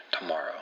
tomorrow